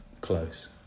close